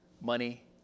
money